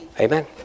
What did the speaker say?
Amen